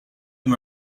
him